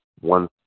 one